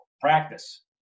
practice